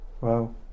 Wow